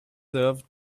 serve